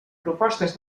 propostes